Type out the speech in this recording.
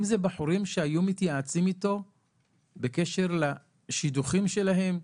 אם אלה בחורים שהיו מתייעצים איתו בקשר לשידוכים שלהם,